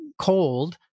cold